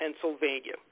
Pennsylvania